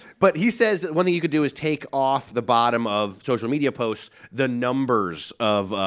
but he says one thing you could do is take off the bottom of social media posts the numbers of,